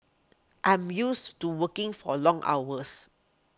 I'm used to working for long hours